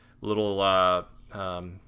little